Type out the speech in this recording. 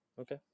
Okay